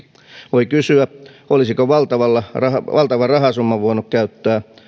voi kysyä olisiko valtavan rahasumman valtavan rahasumman voinut käyttää